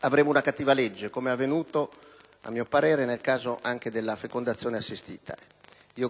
avremo una cattiva legge, come è avvenuto, a mio parere, nel caso della fecondazione assistita.